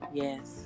yes